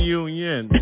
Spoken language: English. union